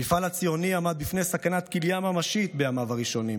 המפעל הציוני עמד בפני סכנת כליה ממשית בימיו הראשונים.